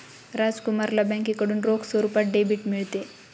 राजकुमारला बँकेकडून रोख स्वरूपात डेबिट मिळते